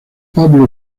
pablo